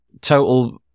total